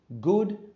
good